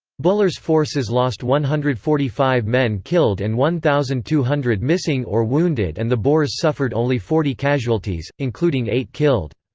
buller's forces lost one hundred and forty five men killed and one thousand two hundred missing or wounded and the boers suffered only forty casualties, including eight killed.